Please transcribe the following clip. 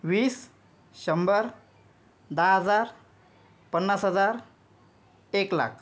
वीस शंभर दहा हजार पन्नास हजार एक लाख